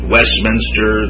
Westminster